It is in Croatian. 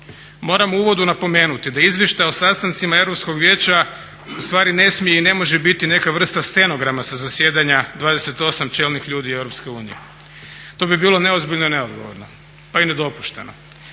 moram u uvodu napomenuti da izvještaj o sastancima Europskog vijeća ustvari ne smije i ne može biti neka vrsta stenograma sa zasjedanje 28 čelnih ljudi EU. To bi bilo neozbiljno i neodgovorno pa i nedopušteno.